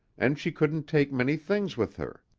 and she couldn't take many things with her.